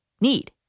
need